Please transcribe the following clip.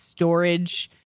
storage